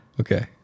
Okay